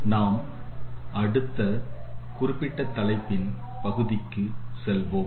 நாம் அடுத்த குறிப்பிட்ட தலைப்பின் பகுதிக்கு செல்வோம்